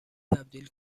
تبدیل